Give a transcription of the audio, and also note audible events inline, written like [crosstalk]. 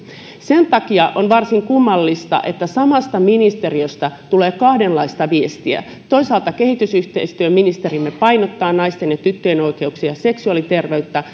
sen takia on varsin kummallista että samasta ministeriöstä tulee kahdenlaista viestiä toisaalta kehitysyhteistyöministerimme painottaa naisten ja tyttöjen oikeuksia ja seksuaaliterveyttä [unintelligible]